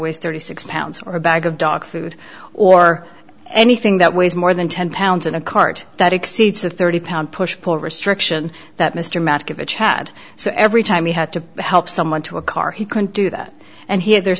weighs thirty six pounds or a bag of dog food or anything that weighs more than ten pounds in a cart that exceeds a thirty pound push pull restriction that mr magic of a chad so every time he had to help someone to a car he couldn't do that and he had there's